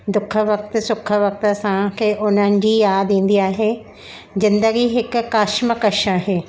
दुखु वक़्ति सुखु वक़्ति असांखे हुननि जी यादि ईंदी आहे ज़िंदगी हिकु कशमकश आहे